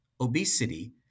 obesity